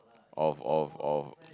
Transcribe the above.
of of of